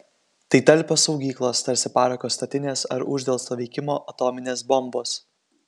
tai talpios saugyklos tarsi parako statinės ar uždelsto veikimo atominės bombos